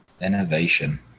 Innovation